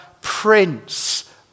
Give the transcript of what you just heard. Prince